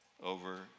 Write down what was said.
over